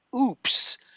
Oops